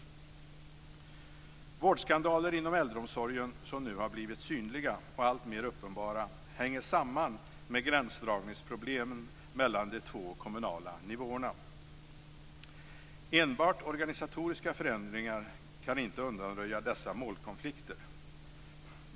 De vårdskandaler inom äldreomsorgen som nu har blivit synliga och alltmer uppenbara hänger samman med gränsdragningsproblemen mellan de två kommunala nivåerna. Enbart organisatoriska förändringar kan inte undanröja dessa målkonflikter.